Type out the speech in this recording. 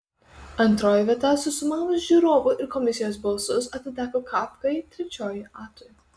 antroji vieta susumavus žiūrovų ir komisijos balsus atiteko kafkai trečioji atui